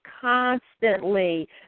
constantly